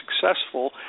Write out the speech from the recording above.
successful